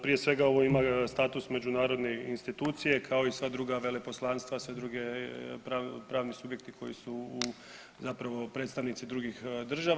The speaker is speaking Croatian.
Prije svega, ovo ima status međunarodne institucije, kao i sva druga veleposlanstva, sve druge pravni subjekti koji su u zapravo predstavnici drugih država.